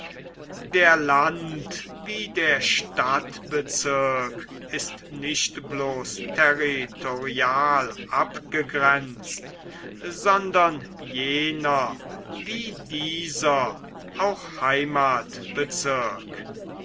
der land wie der stadtbezirk ist nicht bloß territorial abgegrenzt sondern jener wie dieser auch heimatbezirk